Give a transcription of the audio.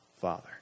Father